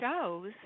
shows